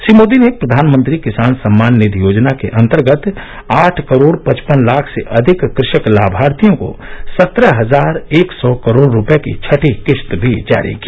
श्री मोदी ने प्रधानमंत्री किसान सम्मान निधि योजना के अंतर्गत आठ करोड़ पचपन लाख से अधिक कृषक लाभार्थियों को सत्रह हजार एक सौ करोड रूपये की छठी किश्त भी जारी की